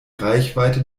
reichweite